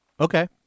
Okay